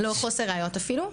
חוסר ראיות אפילו.